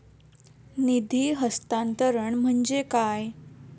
निधी हस्तांतरण म्हणजे काय?